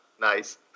Nice